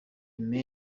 mane